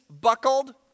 buckled